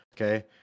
Okay